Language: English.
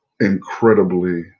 incredibly